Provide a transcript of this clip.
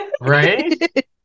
Right